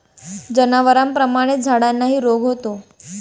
जनावरांप्रमाणेच झाडांनाही रोग होतो